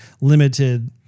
limited